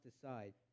decide